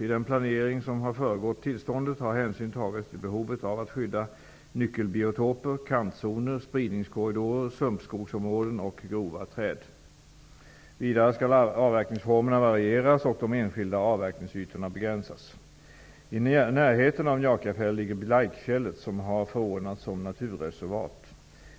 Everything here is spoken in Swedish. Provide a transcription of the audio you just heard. I den planering som har föregått tillståndet har hänsyn tagits till behovet av att skydda nyckelbiotoper, kantzoner, spridningskorridorer, sumpskogsområden och grova träd. Vidare skall avverkningsformerna varieras och de enskilda avverkningsytorna begränsas. I närheten av Njakafjäll ligger Blaikfjället, som har förordnats som naturreservat.